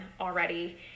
already